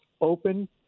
open